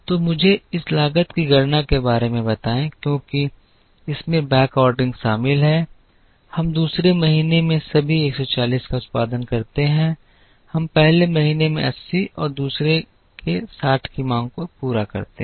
तो मुझे इस लागत की गणना के बारे में बताएं क्योंकि इसमें बैकऑर्डरिंग शामिल है हम दूसरे महीने में सभी 140 का उत्पादन करते हैं और हम पहले महीने के 80 और दूसरे के 60 की मांग को पूरा करते हैं